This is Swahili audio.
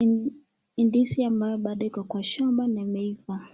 Ndizi ambayo bado iko kwa shamba na imeiva.